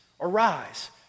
arise